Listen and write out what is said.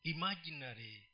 Imaginary